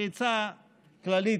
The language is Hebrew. כעצה כללית,